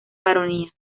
baronía